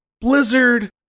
Blizzard